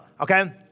Okay